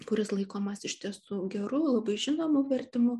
kuris laikomas iš tiesų geru labai žinomu vertimu